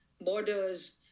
borders